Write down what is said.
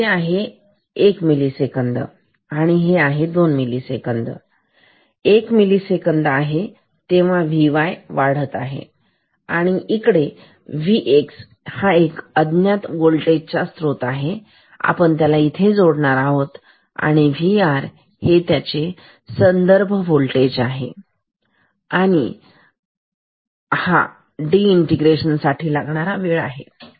तर हे आहे एक मिलीसेकंद आणि हे आहे दोन मिलीसेकंद ठीक हे एक मिलीसेकंद आहे Vy वाढत आहे आणि इकडे Vx हा अज्ञात स्त्रोत जोडलेला आहे आणि इथे आपण जोडणारा आहोत Vr हे संदर्भ होल्टेज आहे आणि हा डीइंटिग्रेशन साठी लागणारा वेळ आहे